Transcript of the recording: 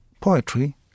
Poetry